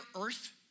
earth